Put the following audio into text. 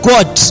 God